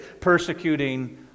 persecuting